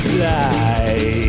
die